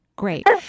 Great